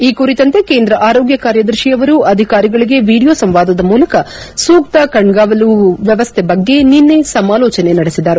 ಈ ಕುರಿತಂತೆ ಕೇಂದ್ರ ಆರೋಗ್ಯ ಕಾರ್ಯದರ್ಶಿಯವರು ಅಧಿಕಾರಿಗಳೊಂದಿಗೆ ವಿಡಿಯೋ ಸಂವಾದದ ಮೂಲಕ ಸೂಕ್ತ ಕಣ್ಗಾವಲು ವ್ಯವಸ್ಥೆ ಬಗ್ಗೆ ನಿನ್ನ ಸಮಾಲೋಚನೆ ನಡೆಸಿದರು